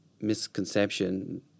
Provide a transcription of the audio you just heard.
misconception